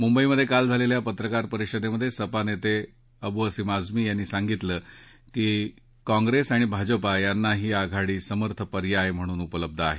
मुंबईत काल झालेल्या पत्रकार परिषदेत सपा नेते अबु आझमी यांनी सांगितलं की काँग्रेस आणि भाजपा यांना ही आघाडी समर्थ पर्याय म्हणून उपलब्ध आहे